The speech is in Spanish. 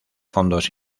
fondos